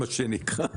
מה שנקרא,